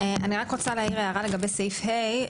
אני רק רוצה להעיר הערה לגבי סעיף (ה).